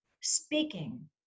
speaking